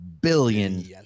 billion